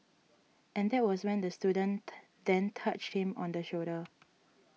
and that was when the student then touched him on the shoulder